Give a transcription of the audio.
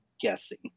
guessing